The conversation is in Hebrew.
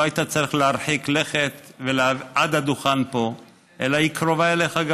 לא היית צריך להרחיק לכת עד לדוכן פה אלא היא קרובה אליך.